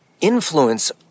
influence